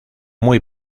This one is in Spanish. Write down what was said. muy